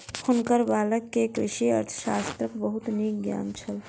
हुनकर बालक के कृषि अर्थशास्त्रक बहुत नीक ज्ञान छल